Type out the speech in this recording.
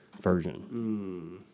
version